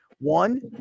One